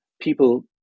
people